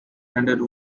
handed